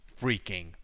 freaking